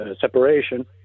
separation